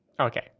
Okay